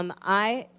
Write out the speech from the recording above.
um i